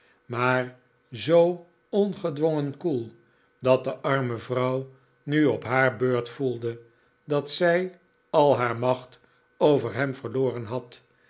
maar zoo ongedwongen koel dat de arme vrouw nu op haar beurt voelde dat zij al haar macht over hem verloren had